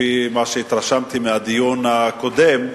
לפי מה שהתרשמתי מהדיון הקודם: